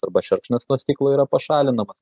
arba šerkšnas nuo stiklo yra pašalinamas